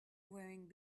wearing